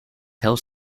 health